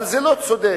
אבל זה לא צודק.